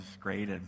great